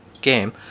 game